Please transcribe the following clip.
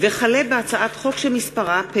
איתן כבל, דב